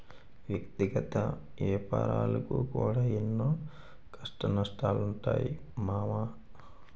వ్యక్తిగత ఏపారాలకు కూడా ఎన్నో కష్టనష్టాలుంటయ్ మామా